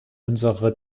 unsere